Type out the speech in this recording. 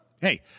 hey